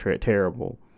terrible